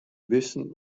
bisten